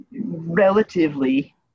relatively